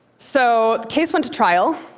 so the case went to trial,